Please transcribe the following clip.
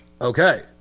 Okay